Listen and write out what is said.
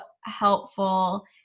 helpful